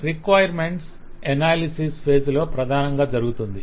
ఇది requirements analysis requirements analysis phase phase లో ప్రధానంగా జరుగుతుంది